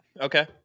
Okay